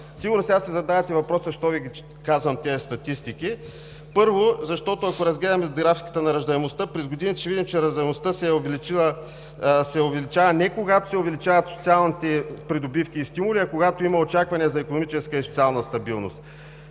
Сигурно сега си задавате въпроса защо Ви казвам тези статистики. Първо, защото ако разгледаме раждаемостта през годините, ще видим, че тя се увеличава не когато се увеличават социалните придобивки и стимули, а когато има очакване за икономическа и социална стабилност.